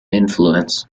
influence